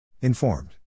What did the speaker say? Informed